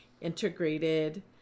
integrated